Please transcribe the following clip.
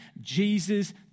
Jesus